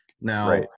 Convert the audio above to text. Now